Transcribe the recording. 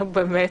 נו, באמת.